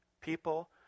people